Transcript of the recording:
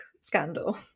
scandal